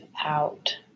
out